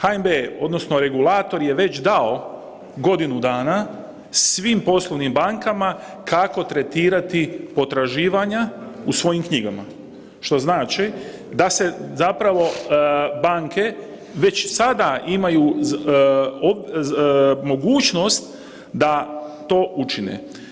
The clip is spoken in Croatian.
HNB odnosno regulator je već dao godinu dana svim poslovnim bankama kako tretirati potraživanja u svojim knjigama, što znači da banke već sada imaju mogućnost da to učine.